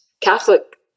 Catholic